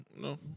no